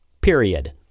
period